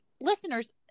listeners